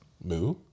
Moo